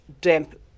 damp